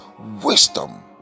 wisdom